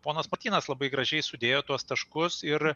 ponas martynas labai gražiai sudėjo tuos taškus ir